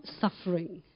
suffering